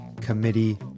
committee